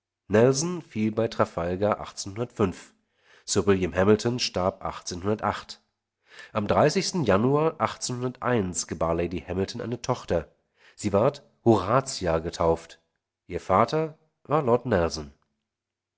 nelson fiel bei sir william hamilton starb am januar gebar lady hamilton eine tochter sie ward horatia getauft ihr vater war lord nelson